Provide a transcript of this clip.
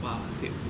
!wah!